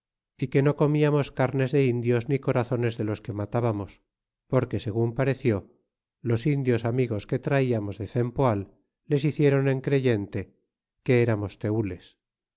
y que no corniamos carnes de indios ni corazones de los que matábamos porque segun pareció los indios amigos que traiamos de cempoal les hicieron encreyente que eramos tenles